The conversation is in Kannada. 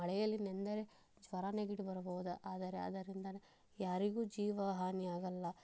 ಮಳೆಯಲ್ಲಿ ನೆನೆದರೆ ಜ್ವರ ನೆಗಡಿ ಬರಬಹುದು ಆದರೆ ಅದರಿಂದ ಯಾರಿಗೂ ಜೀವ ಹಾನಿ ಆಗಲ್ಲ